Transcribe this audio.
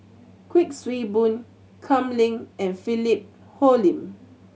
Kuik Swee Boon Kam Ning and Philip Hoalim